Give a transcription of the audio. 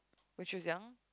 when she was young